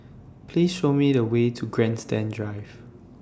Please Show Me The Way to Grandstand Drive